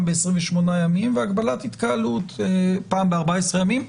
ב-28 ימים והגבלת התקהלות פעם ב-14 ימים.